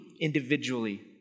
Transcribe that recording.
individually